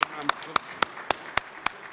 (מחיאות כפיים)